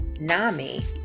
NAMI